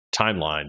timeline